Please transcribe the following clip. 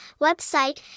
website